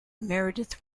meredith